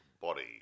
body